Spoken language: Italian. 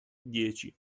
dieci